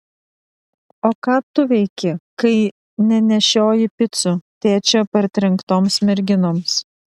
o ką tu veiki kai nenešioji picų tėčio partrenktoms merginoms